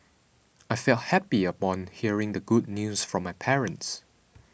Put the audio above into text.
I felt happy upon hearing the good news from my parents